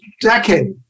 decade